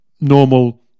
normal